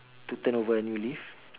to turn over a new leaf